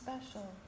special